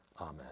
Amen